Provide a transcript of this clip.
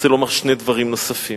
אני רוצה לומר שני דברים נוספים.